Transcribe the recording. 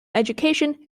education